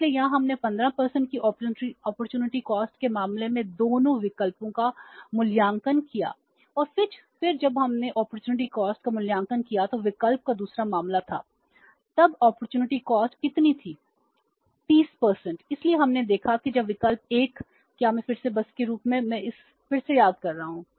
इसलिए यहां हमने 15 की अपॉर्चुनिटी कॉस्ट कितनी थी 30 इसलिए हमने देखा है कि जब विकल्प 1 क्या मैं फिर से बस के रूप में मैं इसे फिर से याद कर रहा हूँ